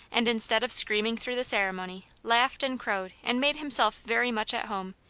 and instead of screaming through the ceremony, laughed and crowed and made himself very much at home,